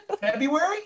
February